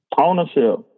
Ownership